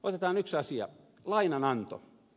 otetaan yksi asia lainananto